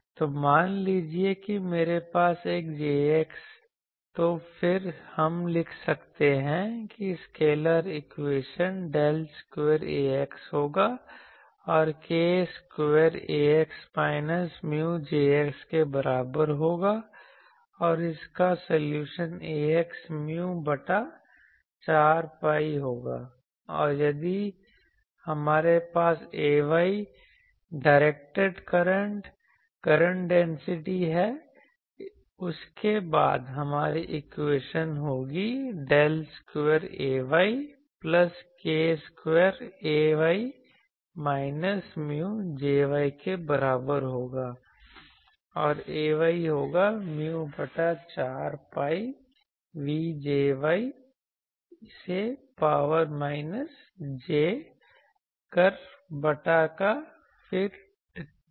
तो मान लीजिए कि मेरे पास एक JX तो फिर हम लिख सकते हैं कि scalar equation Del square AX होगा और k square AX minus mu JX के बराबर होगा और इसका सॉल्यूशन AX mu बटा 4 pi होगा और यदि हमारे पास AY directed current current density है उसके बाद हमारी इक्वेशन होगी del square AY plus k square AY minus mu JY के बराबर होगा और AY होगा mu बटा 4 pi v JY e से पावर माइनस j kr बटा आर फिर dv